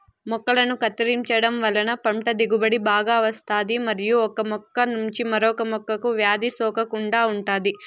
మొక్కలను కత్తిరించడం వలన పంట దిగుబడి బాగా వస్తాది మరియు ఒక మొక్క నుంచి మరొక మొక్కకు వ్యాధి సోకకుండా ఉంటాది